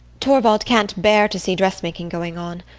torvald can't bear to see dressmaking going on.